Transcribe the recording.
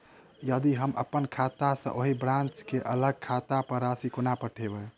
यदि हम अप्पन खाता सँ ओही ब्रांच केँ अलग खाता पर राशि कोना पठेबै?